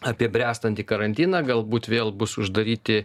apie bręstantį karantiną galbūt vėl bus uždaryti